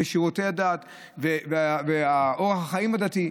שירותי דת ואורח החיים הדתי.